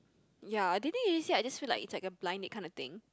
ya dating agency I just feel like it's like a blind date kinda thing